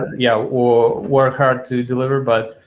yeah will work hard to deliver, but